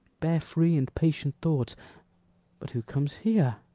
bear free and patient thoughts but who comes here?